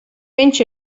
viņš